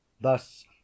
thus